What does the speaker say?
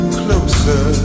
closer